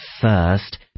first